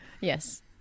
Yes